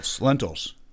lentils